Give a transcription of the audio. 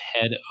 head